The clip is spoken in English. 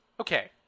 Okay